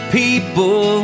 people